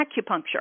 acupuncture